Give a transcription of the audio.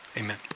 amen